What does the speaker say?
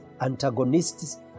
antagonists